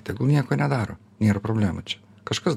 tegul nieko nedaro nėra problemų čia kažkas